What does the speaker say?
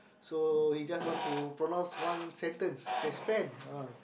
so he just want to pronounce one sentence there's fan ah